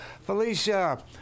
Felicia